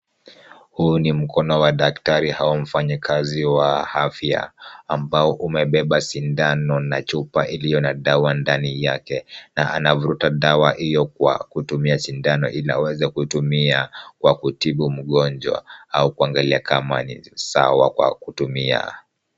Huu ni mkono wa daktari au mfayikazi wa afya, ambao umebeba sindano na chupa iliyo na dawa ndani yake na anavuruta dawa hiyo kwa kutumia sindano ili aweze kuitumia kwa kutibu mgonjwa au kuangalia kama ni sawa kwa kutumia.